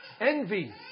Envy